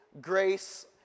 grace